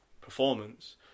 performance